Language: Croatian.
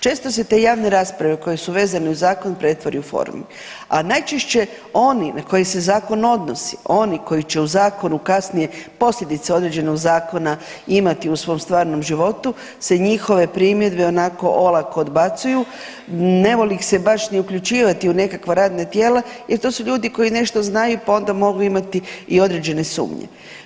Često se te javne rasprave koje su vezane uz zakon pretvori u formu, a najčešće oni na koje se zakon odnosi, oni koji će u zakonu kasnije posljedice određenog zakona imati u svom stvarnom životu se njihove primjedbe onako olako odbacuju, ne voli ih se baš ni uključivati u nekakva radna tijela jer to su ljudi koji nešto znaju pa onda mogu imati i određene sumnje.